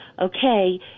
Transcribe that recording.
Okay